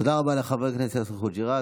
לחבר הכנסת יאסר חוג'יראת.